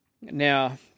Now